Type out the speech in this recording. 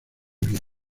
bien